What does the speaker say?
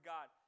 God